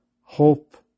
hope